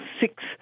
six